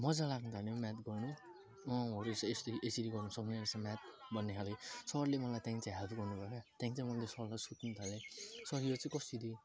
मज्जा लाग्नुथाल्यो म्याथ गर्नु अँ हो रहेछ यसरी यसरी गर्नु सक्ने रहेछ म्याथ भन्ने खालको सरले मलाई त्यहाँदेखिन् चाहिँ हेल्प गर्नुभयो क्या त्यहाँदेखिन् चाहिँ मैले सरलाई सोध्नु थालेँ सर यो चाहिँ कसरी